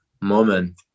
moment